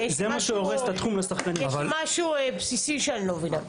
יש משהו בסיסי שאני לא מבינה.